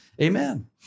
Amen